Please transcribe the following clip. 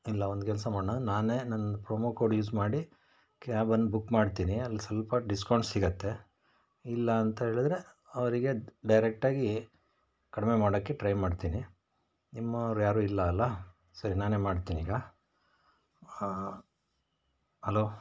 ಇಲ್ಲ ಒಂದು ಕೆಲಸ ಮಾಡೋಣ ನಾನೇ ನನ್ನ ಪ್ರೋಮೊ ಕೋಡ್ ಯೂಸ್ ಮಾಡಿ ಕ್ಯಾಬನ್ನು ಬುಕ್ ಮಾಡ್ತೀನಿ ಅಲ್ಲಿ ಸ್ವಲ್ಪ ಡಿಸ್ಕೌಂಟ್ ಸಿಗತ್ತೆ ಇಲ್ಲ ಅಂತ ಹೇಳಿದರೆ ಅವರಿಗೆ ಡೈರೆಕ್ಟಾಗಿ ಕಡಿಮೆ ಮಾಡೋಕೆ ಟ್ರೈ ಮಾಡ್ತೀನಿ ನಿಮ್ಮೋರು ಯಾರು ಇಲ್ಲ ಅಲ್ಲಾ ಸರಿ ನಾನೇ ಮಾಡ್ತೀನೀಗ ಹಲೋ